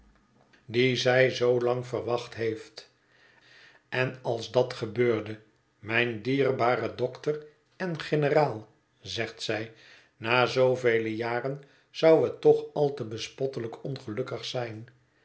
die zij zoo lang verwacht heeft en als dat gebeurde mijn dierbare dokter en generaal zegt zij na zoovele jaren zou het toch al te bespottelijk ongelukkig zijn